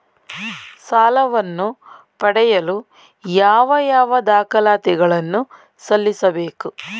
ಸಾಲವನ್ನು ಪಡೆಯಲು ಯಾವ ಯಾವ ದಾಖಲಾತಿ ಗಳನ್ನು ಸಲ್ಲಿಸಬೇಕು?